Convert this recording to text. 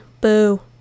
boo